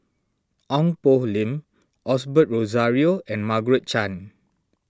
Ong Poh Lim Osbert Rozario and Margaret Chan